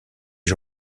les